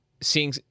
Seeing